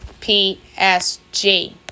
PSG